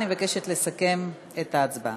אני מבקשת לסכם את ההצבעה.